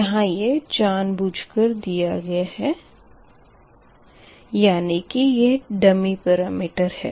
यहाँ यह जान बूझ कर यह दिया गया है यानी कि यह डम्मी पेरामिटर है